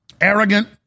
arrogant